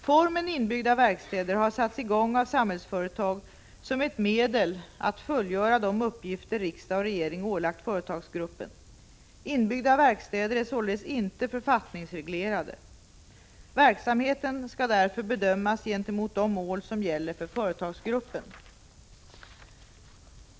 Formen inbyggda verkstäder har satts i gång av Samhällsföretag som ett medel att fullgöra de uppgifter riksdag och regering har ålagt företagsgruppen. Inbyggda verkstäder är således inte författningsreglerade. Verksamheten skall därför bedömas gentemot de mål som gäller för företagsgruppen.